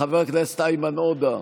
חבר הכנסת איימן עודה,